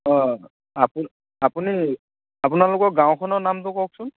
অঁ আপু আপুনি আপোনালোকৰ গাঁওখনৰ নামটো কওকচোন